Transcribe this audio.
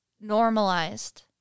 normalized